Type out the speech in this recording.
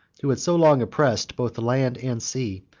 who had so long oppressed both the land and sea,